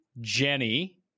Jenny